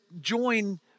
join